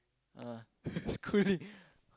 uh schooling